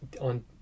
on